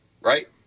right